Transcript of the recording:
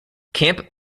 camp